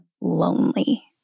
lonely